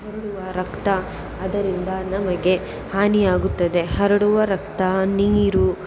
ಹರಡುವ ರಕ್ತ ಅದರಿಂದ ನಮಗೆ ಹಾನಿಯಾಗುತ್ತದೆ ಹರಡುವ ರಕ್ತ ನೀರು